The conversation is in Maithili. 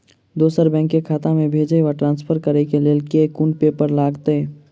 दोसर बैंक केँ खाता मे भेजय वा ट्रान्सफर करै केँ लेल केँ कुन पेपर लागतै?